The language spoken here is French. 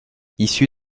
issu